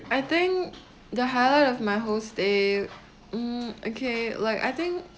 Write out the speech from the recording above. I think the highlight of my whole stay mm okay like I think